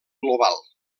global